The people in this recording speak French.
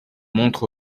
montre